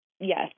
Yes